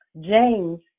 James